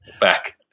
back